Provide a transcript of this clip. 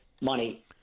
money